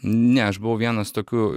ne aš buvau vienas tokių